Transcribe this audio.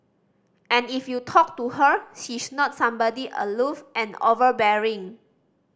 and if you talk to her she's not somebody aloof and overbearing